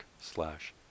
slash